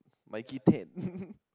Mikey ten